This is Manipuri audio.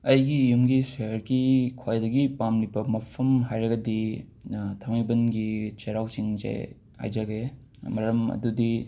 ꯑꯩꯒꯤ ꯌꯨꯝꯒꯤ ꯁꯍꯔꯒꯤ ꯈ꯭ꯋꯥꯏꯗꯒꯤ ꯄꯥꯝꯂꯤꯕ ꯃꯐꯝ ꯍꯥꯏꯔꯒꯗꯤ ꯊꯥꯡꯃꯩꯕꯟꯒꯤ ꯆꯩꯔꯥꯎ ꯆꯤꯡꯁꯦ ꯍꯥꯏꯖꯒꯦ ꯃꯔꯝ ꯑꯗꯨꯗꯤ